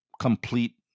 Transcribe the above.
complete